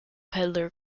peddler